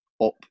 up